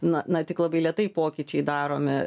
na na tik labai lėtai pokyčiai daromi